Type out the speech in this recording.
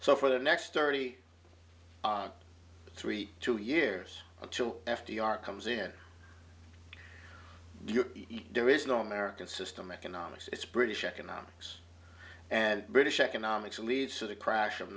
so for the next thirty three two years or two f d r comes in there is no american system economics it's british economics and british economics leads to the crash of